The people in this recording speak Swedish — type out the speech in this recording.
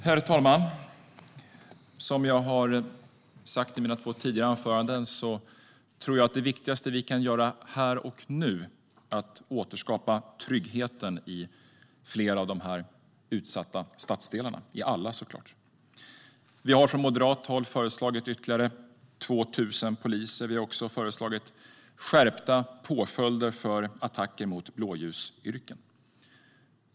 Herr talman! Som jag har sagt i mina två tidigare anföranden är det viktigaste vi kan göra här och nu att återskapa tryggheten i de utsatta stadsdelarna. Från moderat håll har vi förslagit ytterligare 2 000 poliser. Vi har också föreslagit skärpta påföljder för attacker mot blåljuspersonal.